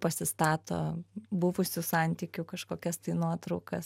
pasistato buvusių santykių kažkokias tai nuotraukas